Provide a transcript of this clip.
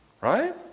right